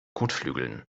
kotflügeln